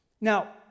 Now